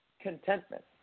contentment